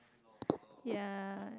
yeah